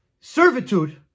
Servitude